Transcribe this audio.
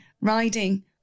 riding